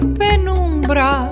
penumbra